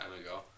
ago